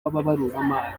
w’ababaruramari